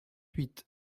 huit